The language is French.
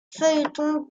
feuilletons